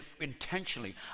intentionally